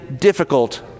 difficult